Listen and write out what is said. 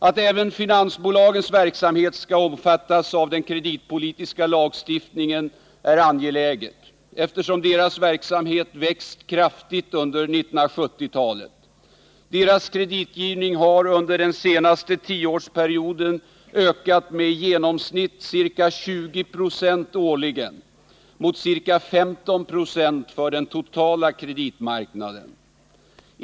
Att även finansbolagens verksamhet skall omfattas av den kreditpolitiska lagstiftningen är angeläget, eftersom deras verksamhet har växt kraftigt under 1970-talet. Deras kreditgivning har under den senaste tioårsperioden ökat med i genomsnitt ca 20 20 årligen mot ca 1596 för den totala kreditmarknaden.